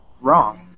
Wrong